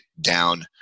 down